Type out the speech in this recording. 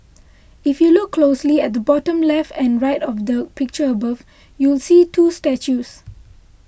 if you look closely at the bottom left and right of the picture above you'll see two statues